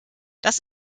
das